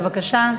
בבקשה.